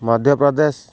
Madhya Pradesh